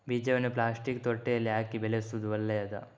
ಬೀಜವನ್ನು ಪ್ಲಾಸ್ಟಿಕ್ ತೊಟ್ಟೆಯಲ್ಲಿ ಹಾಕಿ ಬೆಳೆಸುವುದು ಒಳ್ಳೆಯದಾ?